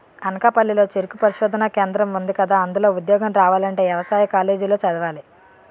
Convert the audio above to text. అనకాపల్లి లో చెరుకు పరిశోధనా కేంద్రం ఉందికదా, అందులో ఉద్యోగం రావాలంటే యవసాయ కాలేజీ లో చదవాలి